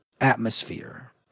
atmosphere